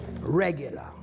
regular